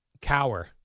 Cower